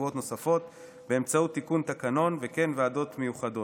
קבועות נוספות באמצעות תיקון תקנון וכן ועדות מיוחדות.